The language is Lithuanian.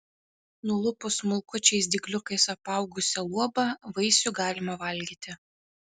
nulupus smulkučiais dygliukais apaugusią luobą vaisių galima valgyti